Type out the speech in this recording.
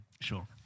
Sure